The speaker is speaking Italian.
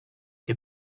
che